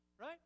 right